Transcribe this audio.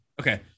Okay